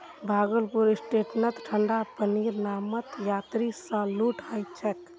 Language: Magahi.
भागलपुर स्टेशनत ठंडा पानीर नामत यात्रि स लूट ह छेक